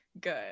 good